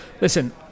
listen